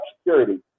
security